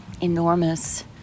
enormous